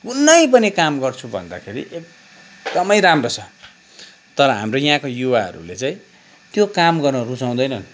कुनै पनि काम गर्छु भन्दाखेरि एकदमै राम्रो छ तर हाम्रो यहाँको युवाहरूले चाहिँ त्यो काम गर्न रुचाउँदैनन्